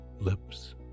lips